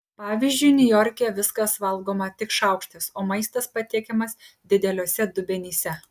pavyzdžiui niujorke viskas valgoma tik šaukštais o maistas patiekiamas dideliuose dubenyse